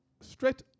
straight